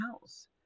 house